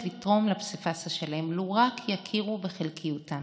לתרום לפסיפס השלם לו רק יכירו בחלקיותם,